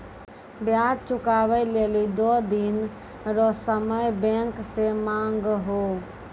ब्याज चुकबै लेली दो दिन रो समय बैंक से मांगहो